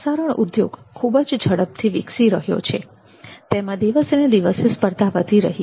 પ્રસારણ ઉદ્યોગ ખૂબ જ ઝડપથી વિકસી રહ્યો છે અને તેમાં દિવસેને દિવસે સ્પર્ધા વધી રહી છે